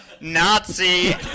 Nazi